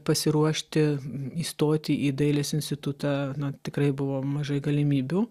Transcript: pasiruošti įstoti į dailės institutą na tikrai buvo mažai galimybių